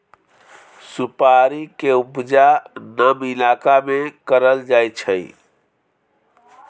सुपारी के उपजा नम इलाका में करल जाइ छइ